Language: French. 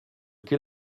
quel